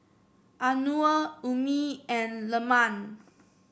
Anuar Ummi and Leman